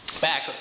back